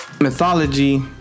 mythology